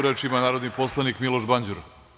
Reč ima narodni poslanik Miloš Banđur.